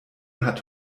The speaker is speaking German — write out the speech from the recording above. hat